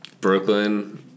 Brooklyn